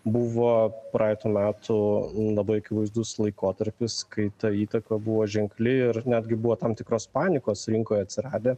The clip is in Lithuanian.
buvo praeitų metų labai akivaizdus laikotarpis kai ta įtaka buvo ženkli ir netgi buvo tam tikros panikos rinkoj atsiradę